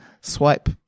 swipe